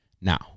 Now